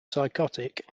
psychotic